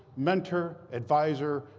mentor, advisor,